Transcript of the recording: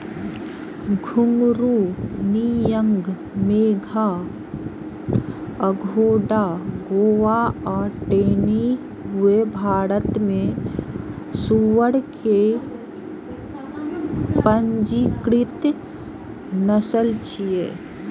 घूंघरू, नियांग मेघा, अगोंडा गोवा आ टेनी वो भारत मे सुअर के पंजीकृत नस्ल छियै